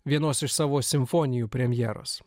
vienos iš savo simfonijų premjeros